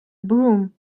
broom